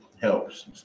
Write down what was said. helps